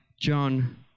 John